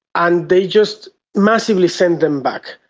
and they just massively sent them back,